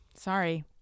Sorry